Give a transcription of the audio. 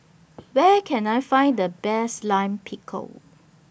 Where Can I Find The Best Lime Pickle